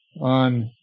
on